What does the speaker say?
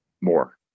more